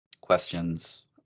questions